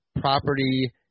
property